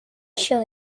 show